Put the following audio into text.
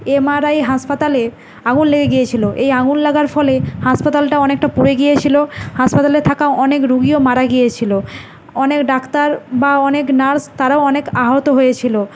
A M R I হাসপাতালে আগুন লেগে গিয়েছিল এই আগুন লাগার ফলে হাসপাতালটা অনেকটা পুড়ে গিয়েছিল হাসপাতালে থাকা অনেক রোগীও মারা গিয়েছিল অনেক ডাক্তার বা অনেক নার্স তারাও অনেক আহত হয়েছিল